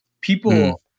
people